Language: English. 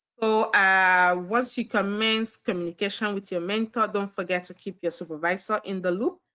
so and once you commence communication with your mentor, don't forget to keep your supervisor in the loop.